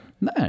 No